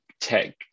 tech